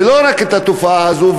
ולא רק את התופעה הזו,